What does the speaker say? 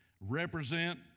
Represent